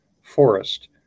forest